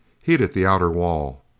heated the outer wall.